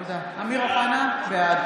(קוראת בשמות חברי הכנסת) אמיר אוחנה, בעד